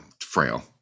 frail